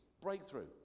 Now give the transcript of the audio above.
breakthrough